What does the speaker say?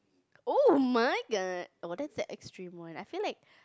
oh-my-god what is the extreme one I feel like